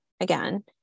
again